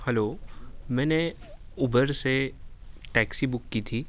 hello میں نے Uber سے ٹیکسی بک کی تھی